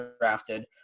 drafted